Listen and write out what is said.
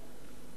בתקשורת,